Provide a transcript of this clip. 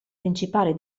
principali